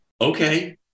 okay